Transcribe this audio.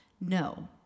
No